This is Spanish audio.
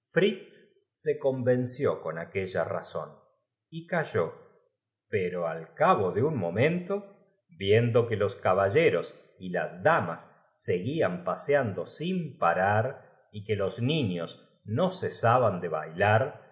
se convenció con aquella razón y calló pero al cabo de un momento viendo que los caballeros y las damas segufan paseando sin parar y que los niiios no cesaban de bailar